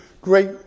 great